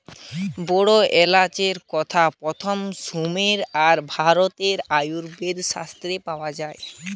বড় এলাচের কথা প্রথম সুমের আর ভারতের আয়ুর্বেদ শাস্ত্রে পাওয়া যায়